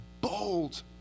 bold